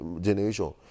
generation